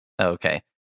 Okay